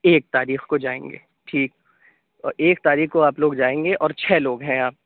ایک تاریخ کو جائیں گے ٹھیک اور ایک تاریخ کو آپ لوگ جائیں گے اور چھ لوگ ہیں آپ